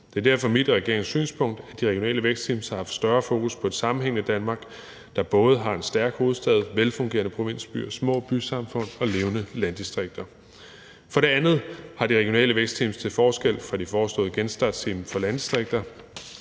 Det er derfor mit og regeringens synspunkt, at de regionale vækstteams har haft større fokus på et sammenhængende Danmark, der både har en stærk hovedstad, velfungerende landsbyer, små bysamfund og levende landdistrikter. For det andet har de regionale vækstteams til forskel fra det foreslåede genstartsteam for landdistrikter